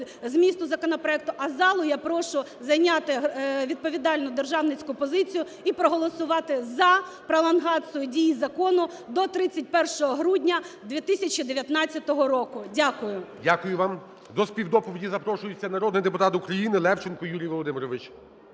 змісту законопроекту. А залу я прошу зайняти відповідальну державницьку позицію і проголосувати за пролонгацію дії закону до 31 грудня 2019 року. Дякую. ГОЛОВУЮЧИЙ. Дякую вам. До співдоповіді запрошується народний депутат України Левченко Юрій Володимирович.